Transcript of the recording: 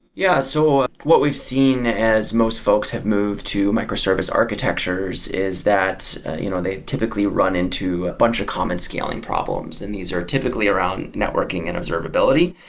yeah. so, what we've seen as most folks have moved to microservice architectures is that you know they typically run into a bunch of comment scaling problems, and these are typically around networking and observability,